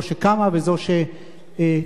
זו שקמה וזו שקיימת.